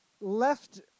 Left